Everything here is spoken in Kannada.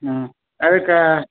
ಹ್ಞೂ ಅದಕ್ಕೆ